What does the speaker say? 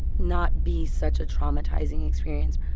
not be such a traumatizing experience.